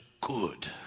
good